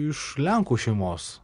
iš lenkų šeimos